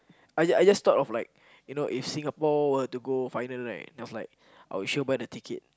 I just I just thought of like you know if Singapore were to go final right I was like I will sure buy the ticket